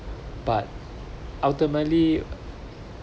but ultimately